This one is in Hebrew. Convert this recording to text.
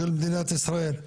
של מדינת ישראל?